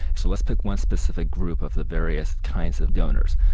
so let's pick one specific group of the various kinds of donors.